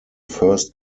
first